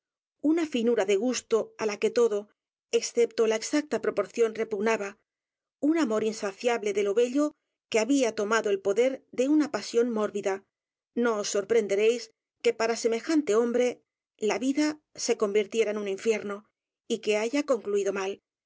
u s t o á la que todo e x c e p t ó l a exacta proporción repugnaba u n amor insaciable de lo bello que había tomado el poder d e u n a pasión mórbida no os sorprenderéis que para semejante hombre la vida se convirtiera en un infierno y que haya concluido m